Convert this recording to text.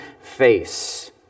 face